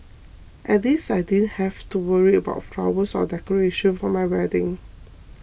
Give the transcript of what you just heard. at least I didn't have to worry about flowers or decoration for my wedding